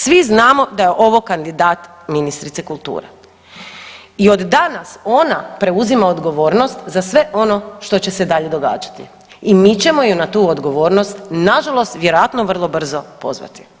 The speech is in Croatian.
Svi znamo da je ovo kandidat ministrice kulture i od danas ona preuzima odgovornost za sve ono što će se dalje događati i mi ćemo ju na tu odgovornost, nažalost vjerojatno vrlo brzo pozvati.